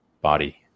body